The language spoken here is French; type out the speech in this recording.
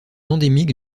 endémique